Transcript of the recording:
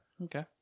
Okay